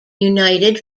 united